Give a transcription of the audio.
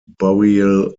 burial